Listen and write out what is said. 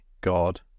god